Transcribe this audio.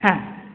হ্যাঁ